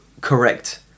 correct